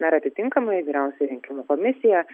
na ir atitinkamai vyriausioji rinkimų komisija